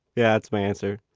yeah that's my answer.